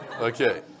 Okay